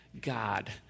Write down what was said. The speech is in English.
God